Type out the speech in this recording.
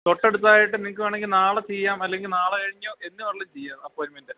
തൊട്ടടുായിട്ട് നിക്ക് വേണെങ്ക നാെ ചെയ്യാംല്ലെങ്ക നാെഴിഞ്ഞോ എന്നന്ന് വേള്ളില് ചെയ്യാം അപ്പോൻമെൻ്റ്